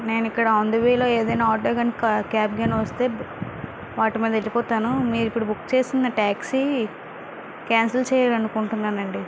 నేను ఇక్కడ on the way లో ఏదైన ఆటో గాని క్యాబ్ కానీ వస్తే వాటి మీద వెళ్ళిపోతాను మీరు ఇప్పుడు బుక్ చేసిన టాక్సీ క్యాన్సిల్ చెయ్యాలి అనుకుంటున్నాను అండి